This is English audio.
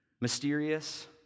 mysterious